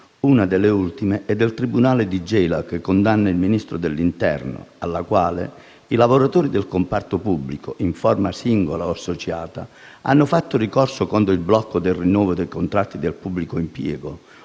Una delle ultime è del tribunale di Gela e condanna il Ministro dell'interno, al quale i lavoratori del comparto pubblico, in forma singola o associata, hanno fatto ricorso contro il blocco del rinnovo dei contratti del pubblico impiego,